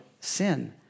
sin